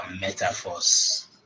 metaphors